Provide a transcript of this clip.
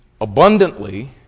Abundantly